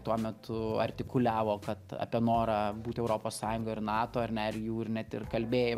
tuo metu artikuliavo kad apie norą būt europos sąjungoj ir nato ar ne jų ir net ir kalbėjo